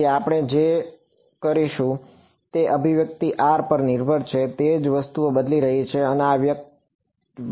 તેથી આપણે તે જ રહીશું જે આ અભિવ્યક્તિમાં r પર નિર્ભર છે તે જ વસ્તુને બદલી રહી છે તે આ વ્યક્તિ છે